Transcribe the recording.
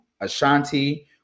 Ashanti